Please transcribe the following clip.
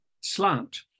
slant